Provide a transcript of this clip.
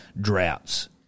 droughts